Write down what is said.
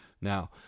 Now